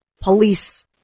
police